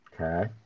Okay